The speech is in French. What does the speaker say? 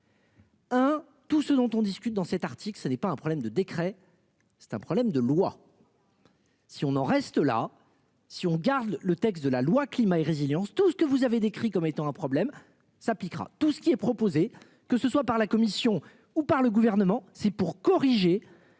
Hein. Tout ce dont on discute dans cet art. Si ce n'est pas un problème de décret, c'est un problème de loi. Si on en reste là si on garde le texte de la loi climat et résilience, tout ce que vous avez décrit comme étant un problème s'appliquera tout ce qui est proposé, que ce soit par la commission ou par le gouvernement c'est pour corriger.